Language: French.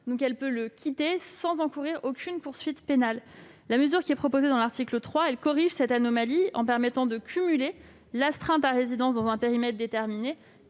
et peut le quitter sans encourir aucune poursuite pénale. La mesure proposée dans l'article 3 corrige cette anomalie, en permettant de cumuler l'astreinte à résidence dans un périmètre déterminé